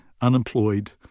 unemployed